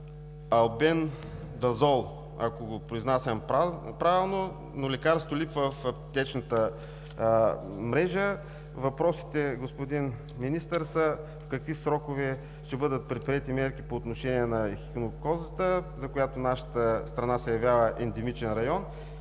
албендазол, ако го произнасям правилно, но лекарството липсва в аптечната мрежа. Въпросите, господин Министър, са: в какви срокове ще бъдат предприети мерки по отношение на ехинококозата, за която нашата страна се явява ендемичен район?